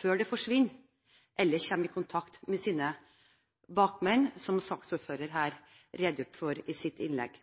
før det forsvinner eller kommer i kontakt med sine bakmenn, som saksordføreren redegjorde for i sitt innlegg.